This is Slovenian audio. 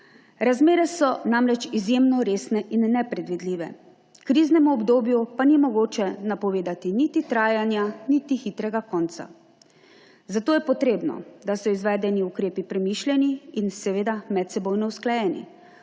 Razmere so namreč izjemno resne in nepredvidljive, kriznemu obdobju pa ni mogoče napovedati niti trajanja niti hitrega konca. Zato je potrebno, da so izvedeni ukrepi premišljeni in medsebojno usklajeni,